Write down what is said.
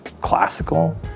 classical